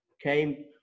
came